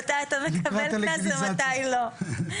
מתי אתה מקבל קנס ומתי לא.